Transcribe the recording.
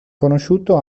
conosciuto